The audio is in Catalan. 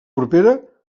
propera